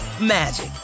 magic